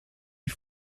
wie